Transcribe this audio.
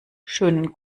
schönen